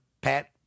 Pat